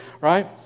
right